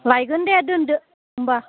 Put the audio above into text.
लायगोन दे दोन्दो होनबा